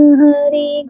hari